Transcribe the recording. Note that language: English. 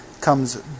comes